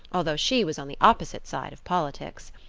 although she was on the opposite side of politics.